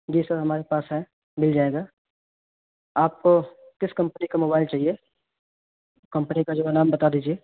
جی sir ہمارے پاس ہے مل جائے گا آپ کس کمپنی کا موبائل چاہیے کمپنی کا جو ہے نام بتا دیجیے